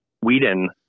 Whedon